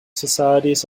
societies